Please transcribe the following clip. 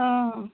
অঁ